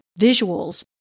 visuals